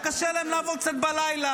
היה קשה להם לעבוד קצת בלילה,